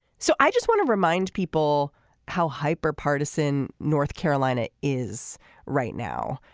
so i just want to remind people how hyper partisan north carolina is right now.